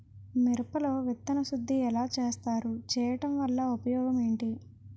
మిరప లో విత్తన శుద్ధి ఎలా చేస్తారు? చేయటం వల్ల ఉపయోగం ఏంటి?